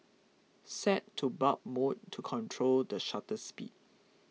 set to Bulb mode to control the shutter speed